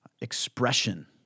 expression